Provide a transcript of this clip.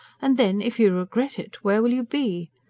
and then, if you regret it, where will you be?